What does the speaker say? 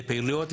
לפעילויות,